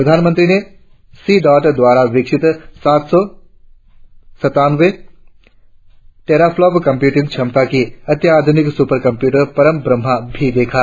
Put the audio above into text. प्रधानमंत्री ने सी डॉट द्वारा विकसित सात सौ सत्तानवें टेराफ्लॉप कंप्यूटिंग क्षमता का अत्याधुनिक सुपर कंप्यूटर परम ब्रम्हा भी देखा